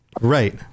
Right